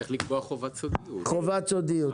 צריך לקבוע חובת סודיות.